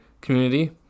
community